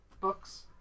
books